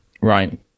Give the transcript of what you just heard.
Right